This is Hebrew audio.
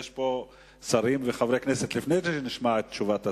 יש פה שרים וחברי כנסת, ולפני שנשמע את תשובת השר,